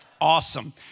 Awesome